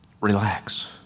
relax